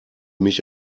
mich